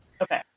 Okay